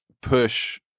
push